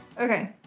Okay